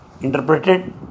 Interpreted